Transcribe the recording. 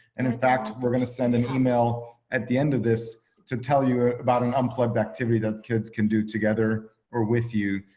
and in fact. we're going to send an email at the end of this to tell you ah about an unplugged activity that kids can do together or with you,